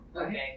Okay